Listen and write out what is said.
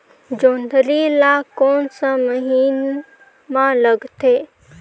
जोंदरी ला कोन सा महीन मां लगथे?